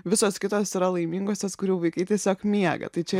visos kitos yra laimingosios kurių vaikai tiesiog miega tai čia